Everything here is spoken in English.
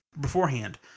beforehand